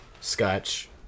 Scotch